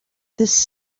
this